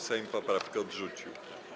Sejm poprawkę odrzucił.